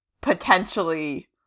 potentially